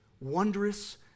wondrous